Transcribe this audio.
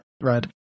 right